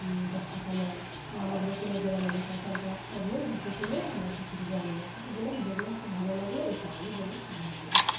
দশ টাকা নেন বা আমাদের এখানে গ্রাম এলাকায় তারো আর গাছ ফাছ নেই বা কিছু নেই আমরা সব কিছু জানি না ওখানে গেলাম দেখলাম খুব ভালো লাগলো এই কারণেই বললাম খুব ভালো লেগেছে